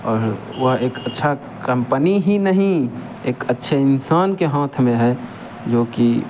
और वह एक अच्छा कंपनी ही नहीं एक अच्छे इंसान के हाथ में है जो कि